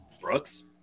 brooks